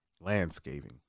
landscaping